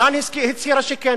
אירן הצהירה שכן.